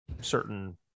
certain –